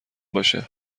باشه